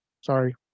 Sorry